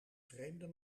vreemde